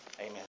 Amen